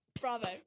Bravo